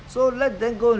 some I mean